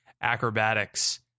acrobatics